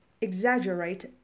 exaggerate